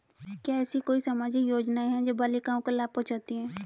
क्या ऐसी कोई सामाजिक योजनाएँ हैं जो बालिकाओं को लाभ पहुँचाती हैं?